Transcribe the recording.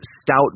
stout